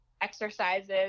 exercises